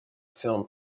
film